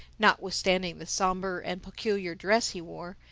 notwithstanding the somber and peculiar dress he wore,